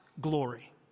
glory